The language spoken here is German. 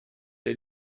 der